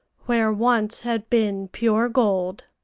where once had been pure gold.